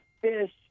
fish